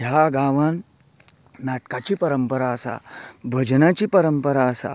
ह्या गांवांन नाटकाची परंपरा आसा भजनाची परंपरा आसा